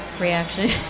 reaction